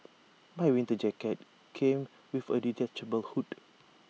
my winter jacket came with A detachable hood